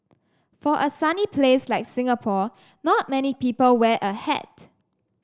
for a sunny place like Singapore not many people wear a hat